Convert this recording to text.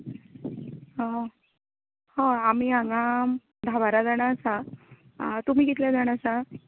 हां हय आमी हांगा धा बारा जाणां आसा तुमी कितले जाण आसा